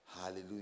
hallelujah